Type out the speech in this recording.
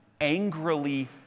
angrily